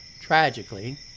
Tragically